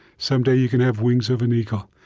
someday you can have wings of an eagle.